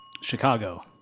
Chicago